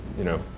you know,